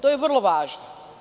To je vrlo važno.